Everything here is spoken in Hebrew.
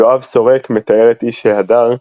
יואב שורק מתאר את "איש ההדר"